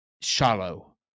shallow